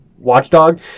watchdog